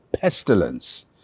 pestilence